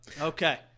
Okay